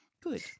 good